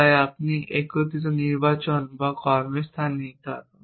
তাই আপনি একত্রিত নির্বাচন এবং কর্মের স্থান নির্ধারণ